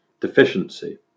deficiency